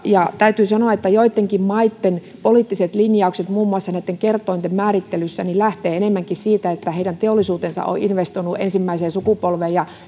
ja täytyy sanoa että joittenkin maitten poliittiset linjaukset muun muassa näitten kerrointen määrittelyssä lähtevät enemmänkin siitä että heidän teollisuutensa on investoinut ensimmäiseen sukupolveen ja